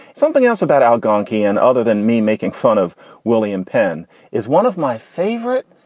something else about algonkin other than me making fun of william penn is one of my favorite,